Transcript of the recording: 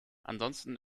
ansonsten